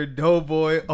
doughboy